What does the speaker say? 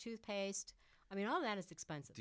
toothpaste i mean all that is expensive